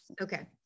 okay